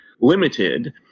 limited